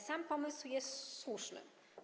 Sam pomysł jest słuszny.